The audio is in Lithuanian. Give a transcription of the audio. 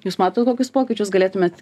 jūs matot kokius pokyčius galėtumėt